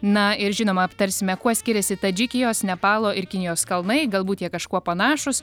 na ir žinoma aptarsime kuo skiriasi tadžikijos nepalo ir kinijos kalnai galbūt jie kažkuo panašūs